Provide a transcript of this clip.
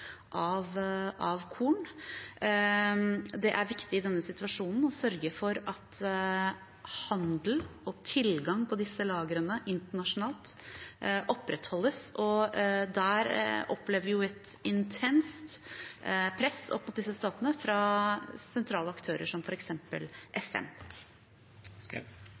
av korn. Det er viktig i denne situasjonen å sørge for at handel og tilgang på disse lagrene internasjonalt opprettholdes. Der opplever vi et intenst press på disse statene fra sentrale aktører, som f.eks. FN.